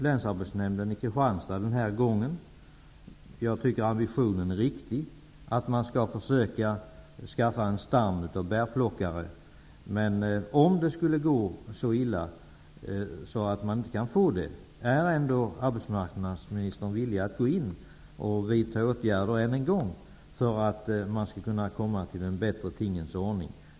Länsarbetsnämnden i Kristianstad har ambitionen att försöka skaffa en stam av bärplockare. Jag tycker att det är en riktig ambition. Men om det skulle gå så illa att man inte kan få det, är då arbetsmarknadsministern villig att vidta åtgärder än en gång, för att man skall kunna få en bättre tingens ordning?